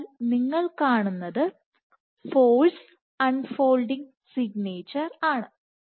അതിനാൽ നിങ്ങൾ കാണുന്നത് ഫോഴ്സ് അൺ ഫോൾഡിങ് സിഗ്നേച്ചർ ആണ്